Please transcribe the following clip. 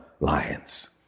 lions